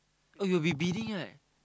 oh you will be bidding right